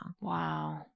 Wow